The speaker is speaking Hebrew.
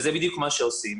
וזה בדיוק מה שעושים.